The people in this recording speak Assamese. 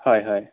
হয় হয়